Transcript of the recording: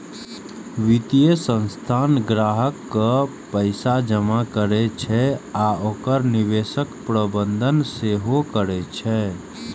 वित्तीय संस्थान ग्राहकक पैसा जमा करै छै आ ओकर निवेशक प्रबंधन सेहो करै छै